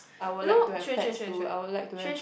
I would like to have pets too I would like to have